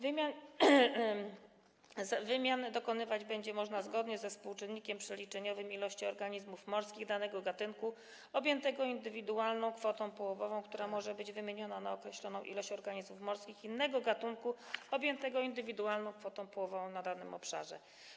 Wymian dokonywać będzie można zgodnie ze współczynnikiem przeliczeniowym ilości organizmów morskich danego gatunku objętego indywidualną kwotą połowową, która może być wymieniona na określoną ilość organizmów morskich innego gatunku objętego indywidualną kwotą połowową na danym obszarze.